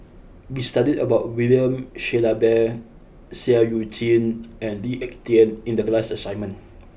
we studied about William Shellabear Seah Eu Chin and Lee Ek Tieng in the class assignment